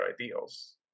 ideals